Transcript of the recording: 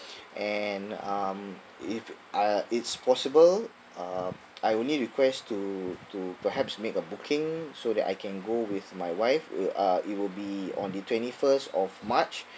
and um if uh it's possible um I only request to to perhaps make a booking so that I can go with my wife will uh it will be on the twenty first of march